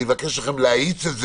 אני מבקש מכם להאיץ את זה.